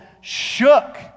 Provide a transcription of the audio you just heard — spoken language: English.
shook